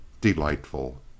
delightful